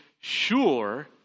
sure